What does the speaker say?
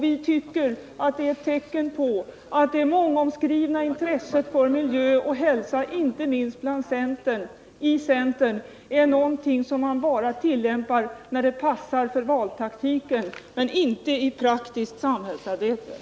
Vi tycker att det är ett tecken på att det mångomskrivna intresset för miljö och hälsa, inte minst i centern, är någonting som man bara tillämpar när det passar för valtaktiken, men inte när man har ansvaret för det praktiska samhällsarbetet.